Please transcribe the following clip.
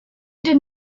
did